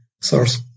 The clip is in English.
source